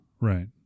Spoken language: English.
Right